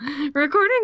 recording